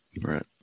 Right